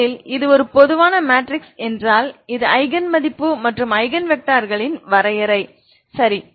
முதலில் இது ஒரு பொது மேட்ரிக்ஸ் என்றால் இது ஐகன் மதிப்பு மற்றும் ஐகன் வெக்டர்களின் வரையறை சரி